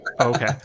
okay